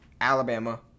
Alabama